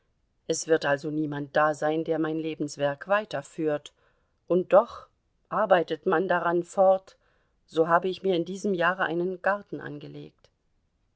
es wird also niemand da sein der mein lebenswerk weiterführt und doch arbeitet man daran fort so habe ich mir in diesem jahre einen garten angelegt